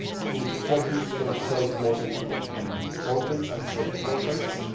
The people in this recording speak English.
who focused herself mostly on on portraits and self-portraits,